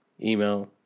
email